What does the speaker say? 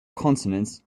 consonant